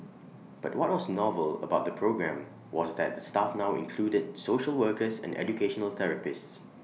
but what was novel about the programme was that the staff now included social workers and educational therapists